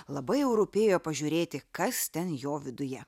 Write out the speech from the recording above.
labai jau rūpėjo pažiūrėti kas ten jo viduje